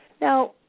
now